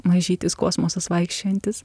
mažytis kosmosas vaikščiojantis